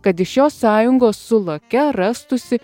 kad iš jo sąjungos su loke rastųsi